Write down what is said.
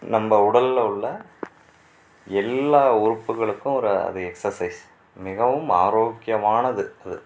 நம்ம உடலில் உள்ள எல்லா உறுப்புகளுக்கும் ஒரு அது எக்சசைஸ் மிகவும் ஆரோக்கியமானது அது